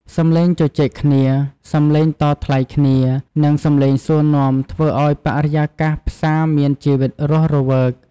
សម្លេងជជែកគ្នា សម្លេងតថ្លៃគ្នា និងសម្លេងសួរនាំធ្វើឱ្យបរិយាកាសផ្សារមានជីវិតរស់រវើក។